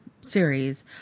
series